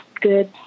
good